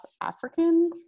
African